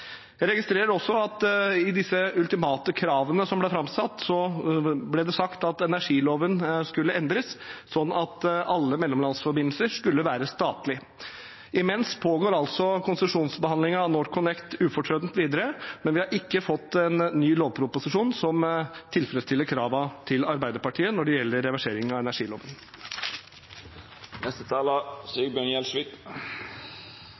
i disse ultimate kravene som ble framsatt, ble det sagt at energiloven skulle endres, sånn at alle mellomlandsforbindelser skulle være statlig eid. Imens pågår altså konsesjonsbehandlingen av NorthConnect ufortrødent videre, men vi har ikke fått en ny lovproposisjon som tilfredsstiller kravene til Arbeiderpartiet når det gjelder reversering av